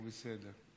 הוא בסדר.